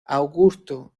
augusto